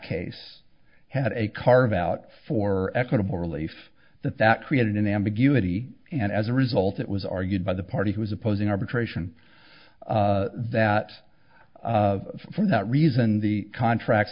case had a carve out for equitable relief that that created an ambiguity and as a result it was argued by the party who was opposing arbitration that for that reason the contract